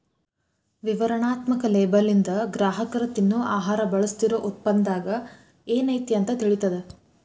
ವಿವರಣಾತ್ಮಕ ಲೇಬಲ್ಲಿಂದ ಗ್ರಾಹಕರ ತಿನ್ನೊ ಆಹಾರ ಬಳಸ್ತಿರೋ ಉತ್ಪನ್ನದಾಗ ಏನೈತಿ ಅಂತ ತಿಳಿತದ